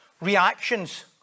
reactions